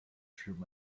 through